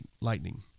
lightning